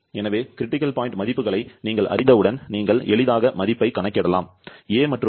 எனவே முக்கியமான புள்ளி மதிப்புகளை நீங்கள் அறிந்தவுடன் நீங்கள் எளிதாக மதிப்பைக் கணக்கிடலாம் a மற்றும் b